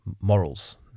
morals